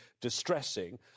distressing